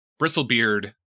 bristlebeard